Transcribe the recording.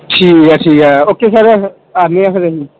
ਠੀਕ ਹੈ ਠੀਕ ਹੈ ਓਕੇ ਸਰ ਆ ਗਏ ਹਾਂ ਫਿਰ ਅਸੀਂ